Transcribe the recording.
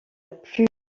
plus